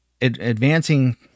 advancing